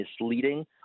misleading